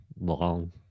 long